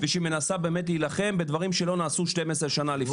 נא לשבת.